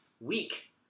week